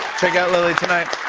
check out lilly tonight.